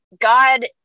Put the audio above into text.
God